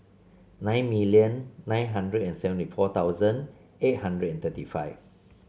nine million nine hundred and seventy four thousand eight hundred and thirty five